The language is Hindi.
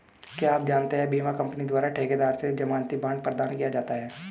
क्या आप जानते है बीमा कंपनी द्वारा ठेकेदार से ज़मानती बॉण्ड प्रदान किया जाता है?